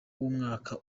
umwaka